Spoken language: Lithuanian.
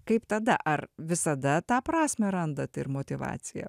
kaip tada ar visada tą prasmę randat ir motyvaciją